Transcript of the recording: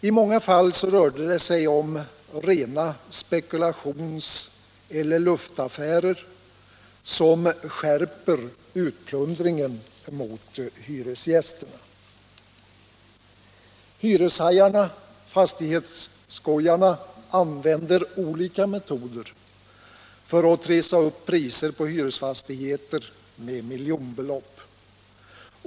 I många fall rörde det sig om rena spekulationseller luftaffärer som skärper utplundringen av hyresgästerna. Hyreshajarna-fastighetsskojarna använder olika metoder för att trissa upp priserna på hyresfastigheter med miljonbelopp.